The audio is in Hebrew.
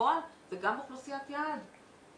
בנצרת לצערי 50% מהגברים באוכלוסייה הערבית מעשנים